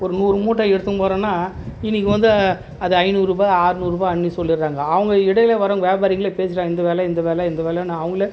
ஒரு நூறு மூட்டை எடுத்துன்னு போறேன்னா இன்றைக்கி வந்து அதை ஐந்நூறு ரூபாய் ஆற்நூறு ரூபாய்ன்னு சொல்லிடுறாங்க அவங்க இடையில் வரவாங்க வியாபாரிங்களே பேசிடுறாங்க இந்த வெலை இந்த வெலை இந்த வெலைன்னு அவங்களே